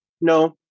no